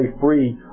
free